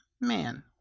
man